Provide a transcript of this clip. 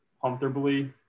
comfortably